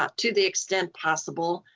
ah to the extent possible.